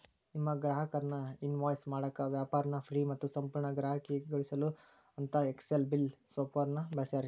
ನಿಮ್ಮ ಗ್ರಾಹಕರ್ನ ಇನ್ವಾಯ್ಸ್ ಮಾಡಾಕ ವ್ಯಾಪಾರ್ನ ಫ್ರೇ ಮತ್ತು ಸಂಪೂರ್ಣ ಗ್ರಾಹಕೇಯಗೊಳಿಸೊಅಂತಾ ಎಕ್ಸೆಲ್ ಬಿಲ್ ಸ್ವರೂಪಾನ ಬಳಸ್ರಿ